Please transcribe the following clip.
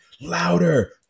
louder